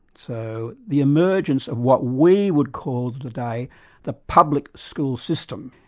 so the emergence of what we would call today the public school system.